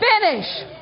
finish